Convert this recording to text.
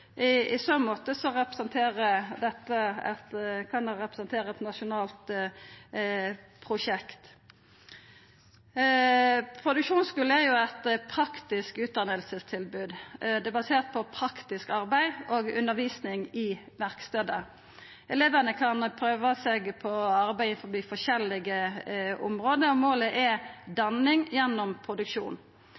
I så måte kan dette representera eit nasjonalt prosjekt. Produksjonsskule er eit praktisk utdanningstilbod. Det er basert på praktisk arbeid og undervisning i verkstaden. Elevane kan prøva seg på å arbeida innanfor forskjellige område, og målet er danning gjennom produksjon.